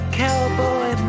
cowboy